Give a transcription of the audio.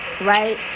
right